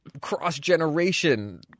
cross-generation